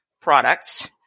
products